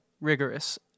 rigorous